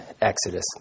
Exodus